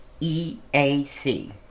EAC